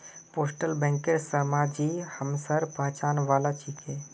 postal बैंकेर शर्माजी हमसार पहचान वाला छिके